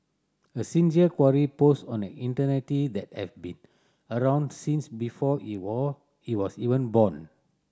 a sincere query posed on an that have been around since before he were he was even born